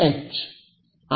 ವಿದ್ಯಾರ್ಥಿ ಎಚ್